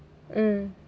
mm